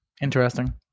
Interesting